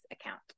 account